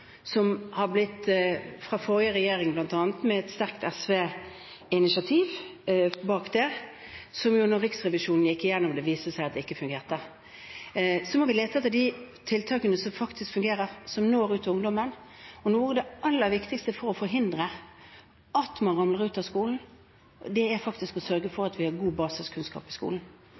fra forrige regjering bl.a., med et sterkt SV-initiativ bak, som, når Riksrevisjonen gikk gjennom dem, viste seg at ikke fungerte. Så må vi lete etter de tiltakene som faktisk fungerer, som når ut til ungdommen. Og noe av det aller viktigste for å forhindre at man ramler ut av skolen, er faktisk å sørge for at vi har god basiskunnskap i skolen.